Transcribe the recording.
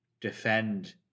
defend